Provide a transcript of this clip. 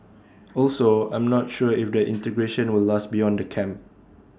also I'm not sure if the integration will last beyond the camp